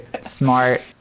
smart